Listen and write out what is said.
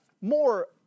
more